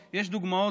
דוגמאות.